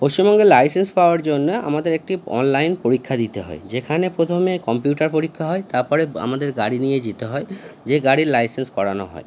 পশ্চিমবঙ্গে লাইসেন্স পাওয়ার জন্যে আমাদের একটি অনলাইন পরীক্ষা দিতে হয় যেখানে প্রথমে কম্পিউটার পরীক্ষা হয় তারপরে আমাদের গাড়ি নিয়ে যেতে হয় যে গাড়ির লাইসেন্স করানো হয়